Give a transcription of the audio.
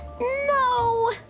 No